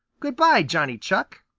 good-by, johnny chuck.